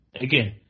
Again